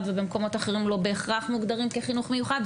ובמקומות אחרים לא בהכרח לא מוגדרים בחינוך מיוחד,